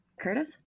Curtis